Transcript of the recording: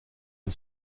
une